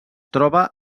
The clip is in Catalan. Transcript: troba